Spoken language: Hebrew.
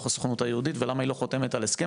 הסוכנות היהודית ולמה היא לא חותמת על הסכם,